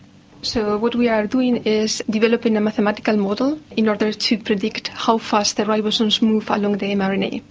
so what we are doing is developing a mathematical model in order to predict how fast the ribosomes move along the mrna.